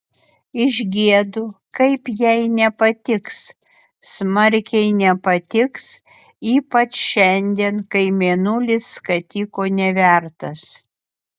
išgiedu kaip jai nepatiks smarkiai nepatiks ypač šiandien kai mėnulis skatiko nevertas